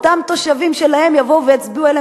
אותם תושבים שלהם יבואו ויצביעו עליהם